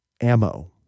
ammo